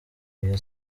oya